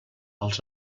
els